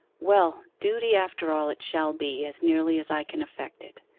well, duty after all it shall be, as nearly as i can effect it.